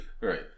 Right